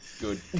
Good